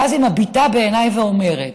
ואז היא מביטה בעיניי ואומרת: